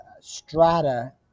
strata